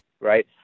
Right